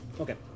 Okay